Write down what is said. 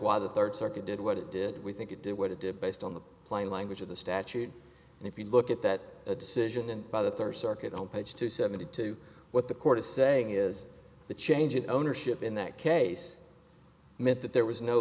why the third circuit did what it did we think it did what it did based on the plain language of the statute and if you look at that decision and by the third circuit on page two seventy two what the court is saying is the change of ownership in that case meant that there was no